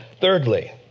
Thirdly